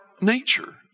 nature